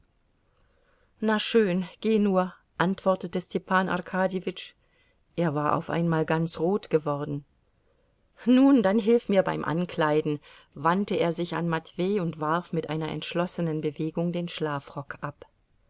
na schön geh nur antwortete stepan arkadjewitsch er war auf einmal ganz rot geworden nun dann hilf mir beim ankleiden wandte er sich an matwei und warf mit einer entschlossenen bewegung den schlafrock ab